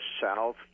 south